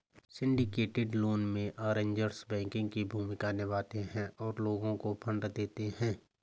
syndicated loan में, arrangers banking की भूमिका निभाते हैं और लोगों को फंड देते हैं